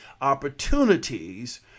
opportunities